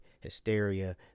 hysteria